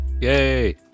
Yay